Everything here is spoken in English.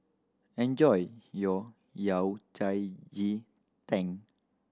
enjoy your Yao Cai ji tang